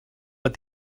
but